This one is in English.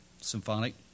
symphonic